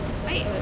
right